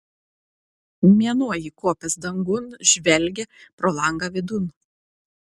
mėnuo įkopęs dangun žvelgia pro langą vidun